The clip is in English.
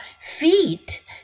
Feet